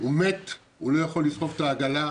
הוא מת, הוא לא יכול לסחוב את העגלה.